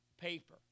paper